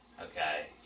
Okay